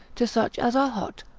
to such as are hot,